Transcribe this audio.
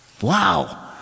wow